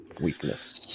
weakness